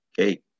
Okay